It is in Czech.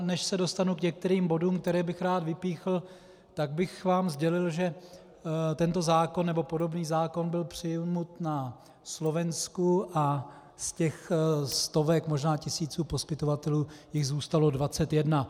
Než se dostanu k některým bodům, které bych rád vypíchl, tak bych vám sdělil, že tento zákon nebo podobný zákon byl přijat na Slovensku a z těch stovek, možná tisíců poskytovatelů jich zůstalo 21.